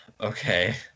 Okay